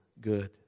good